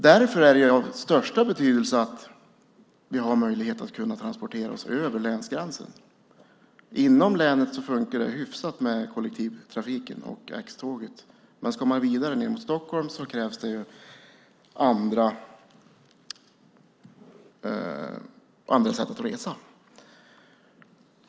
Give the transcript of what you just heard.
Därför är det av största betydelse att vi har möjlighet att transportera oss över länsgränsen. Inom länet fungerar det hyfsat med kollektivtrafiken och X-tåget. Ska man ned till Stockholm krävs det andra sätt att resa.